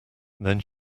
then